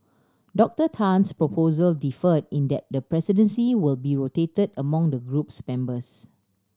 Doctor Tan's proposal differ in that the presidency will be rotated among the group's members